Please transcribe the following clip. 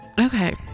Okay